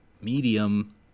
medium